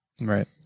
Right